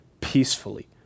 peacefully